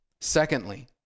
Secondly